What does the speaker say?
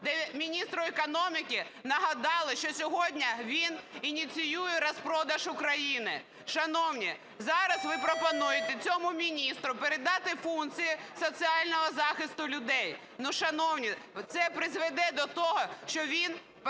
де міністру економіки нагадали, що сьогодні він ініціює розпродаж України. Шановні, зараз ви пропонуєте цьому міністру передати функції соціального захисту людей. Ну шановні, це призведе до того, що він